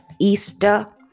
Easter